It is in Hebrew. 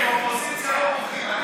אין, אופוזיציה לא בוחרים.